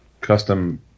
custom